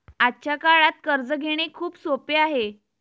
आजच्या काळात कर्ज घेणे खूप सोपे आहे